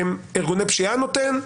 ארגוני פשיעה נותן.